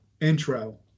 intro